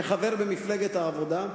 כחבר במפלגת העבודה,